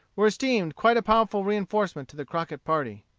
were esteemed quite a powerful reinforcement to the crockett party.